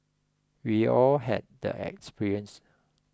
we all had that experience